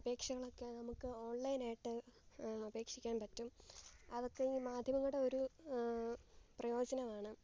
അപേക്ഷകളൊക്കെ നമുക്ക് ഓൺലൈൻ ആയിട്ട് അപേക്ഷിക്കാൻ പറ്റും അതൊക്കെ ഈ മാധ്യമങ്ങളുടെ ഒരു പ്രയോജനമാണ്